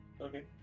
Okay